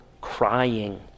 crying